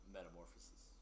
Metamorphosis